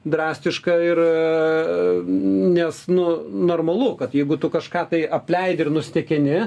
drastiška ir nes nu normalu kad jeigu tu kažką tai apleidi ir nustekeni